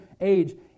age